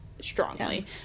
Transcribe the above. strongly